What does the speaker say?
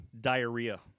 Diarrhea